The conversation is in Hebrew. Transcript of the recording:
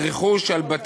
ההורים של אותם תלמידים,